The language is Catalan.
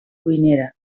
cuinera